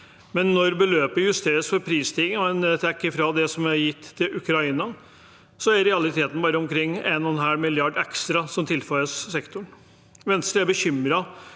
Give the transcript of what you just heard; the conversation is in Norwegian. men når beløpet justeres for prisstigning og en trekker fra det som er gitt til Ukraina, er det i realiteten bare omkring en og en halv milliard ekstra som tilføres sektoren. Venstre er bekymret